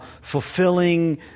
fulfilling